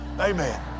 amen